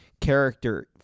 character